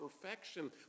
perfection